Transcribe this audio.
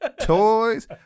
toys